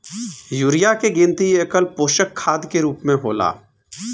urea के गिनती एकल पोषक खाद के रूप में होला